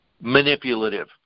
manipulative